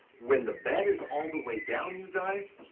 when the bed is all the way down you guys,